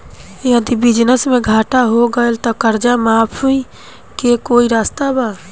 यदि बिजनेस मे घाटा हो गएल त कर्जा माफी के कोई रास्ता बा?